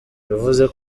yavuze